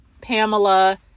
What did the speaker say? Pamela